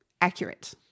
accurate